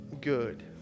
good